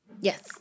Yes